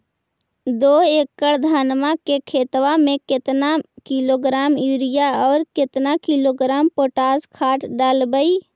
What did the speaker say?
दो एकड़ धनमा के खेतबा में केतना किलोग्राम युरिया और केतना किलोग्राम पोटास खाद डलबई?